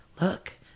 Look